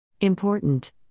Important